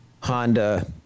Honda